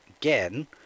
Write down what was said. again